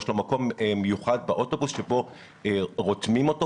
יש לו מקום מיוחד באוטובוס שבו רותמים אותו.